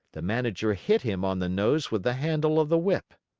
the manager hit him on the nose with the handle of the whip.